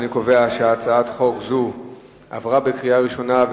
אני קובע שהצעת חוק זו עברה בקריאה ראשונה,